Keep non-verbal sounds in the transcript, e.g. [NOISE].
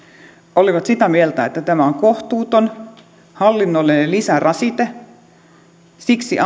olivat sitä mieltä että tämä on kohtuuton hallinnollinen lisärasite siksi [UNINTELLIGIBLE]